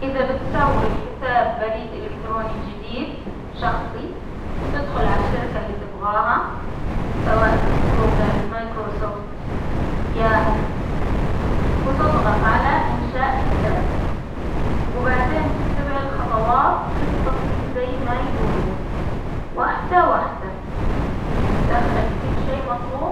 إذا بتسوي حساب بريد الكتروني جديد شخصي، بتدخل عالشركة اللي تبغاها، سواء جوجل، مايكروسوفت، ياهو، وت- وتضغط على إنشاء حساب، وبعدين تتبع الخطوات بالتفصيل زي ما يقولون، واحدة واحدة، تدخل كل شيء مطلوب.